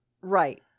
Right